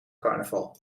carnaval